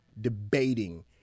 debating